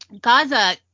Gaza